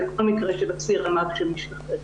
בכל מקרה של אסיר אלמ"ב שמשתחרר.